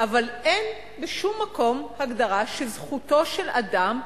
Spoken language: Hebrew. אבל אין בשום מקום הגדרה שזכותו של אדם,